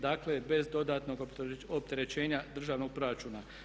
Dakle, bez dodatnog opterećenja državnog proračuna.